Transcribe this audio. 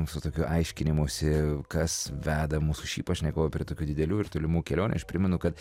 su tokiu aiškinimusi kas veda mūsų šį pašnekovą prie tokių didelių ir tolimų kelionių aš primenu kad